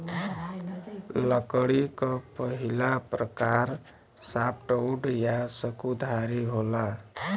लकड़ी क पहिला प्रकार सॉफ्टवुड या सकुधारी होला